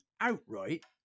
outright